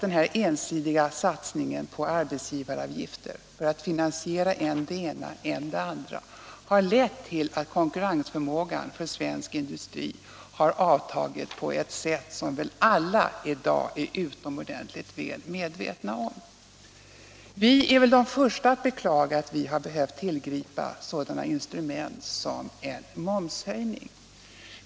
Den ensidiga satsningen på höjd arbetsgivaravgift för att finansiera än det ena än det andra har lett till att konkurrensförmågan för svensk industri har avtagit på ett sätt som alla i dag är utomordentligt medvetna om. Vi är de första att beklaga att vi behövt tillgripa instrument som en momshöjning.